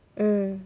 mm